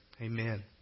Amen